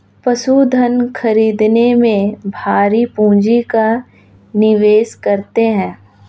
पशुधन खरीदने में भारी पूँजी का निवेश करते हैं